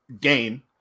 game